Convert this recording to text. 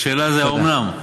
אז השאלה היא: האומנם?